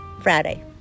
Friday